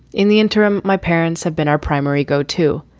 in the interim, my parents have been our primary go to.